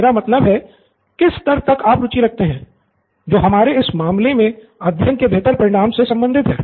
मेरा मतलब है कि किस स्तर तक आप रुचि रखते हैं जो हमारे इस मामले में अध्ययन के बेहतर परिणाम से संबंधित है